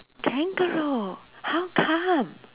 kangaroo how come